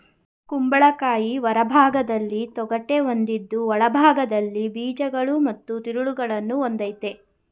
ಕುಂಬಳಕಾಯಿ ಹೊರಭಾಗ್ದಲ್ಲಿ ತೊಗಟೆ ಹೊಂದಿದ್ದು ಒಳಭಾಗ್ದಲ್ಲಿ ಬೀಜಗಳು ಮತ್ತು ತಿರುಳನ್ನು ಹೊಂದಯ್ತೆ